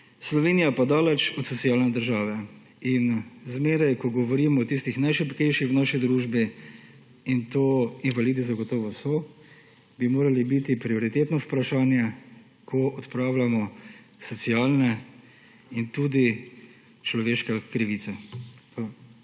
Slovenija pa daleč od socialne države. Zmeraj ko govorimo o tistih najšibkejših v naši družbi, in to invalidi zagotovo so, bi morali biti prioritetno vprašanje, ko odpravljamo socialne in tudi človeške krivice.